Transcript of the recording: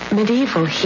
medieval